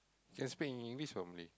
can speak in English or Malay